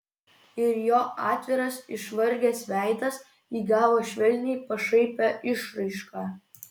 ir jo atviras išvargęs veidas įgavo švelniai pašaipią išraišką